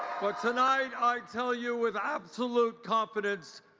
but tonight, i tell you with absolute confidence,